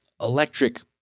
electric